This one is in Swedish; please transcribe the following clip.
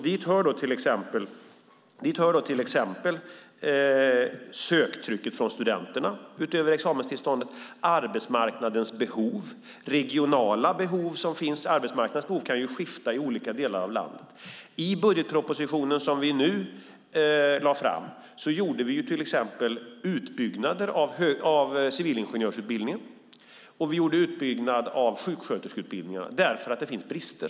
Dit hör till exempel söktrycket från studenterna, utöver examenstillståndet, arbetsmarknadens behov och de regionala behov som finns. Arbetsmarknadens behov kan ju skifta i olika delar av landet. I budgetpropositionen som vi nu lade fram byggde vi till exempel ut civilingenjörsutbildningarna och sjuksköterskeutbildningarna därför att det där finns brister.